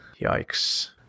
Yikes